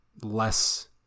less